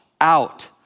out